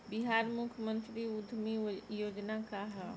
बिहार मुख्यमंत्री उद्यमी योजना का है?